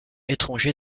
étranger